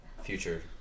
future